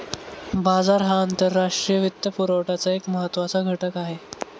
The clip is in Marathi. बाजार हा आंतरराष्ट्रीय वित्तपुरवठ्याचा एक महत्त्वाचा घटक आहे